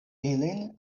ilin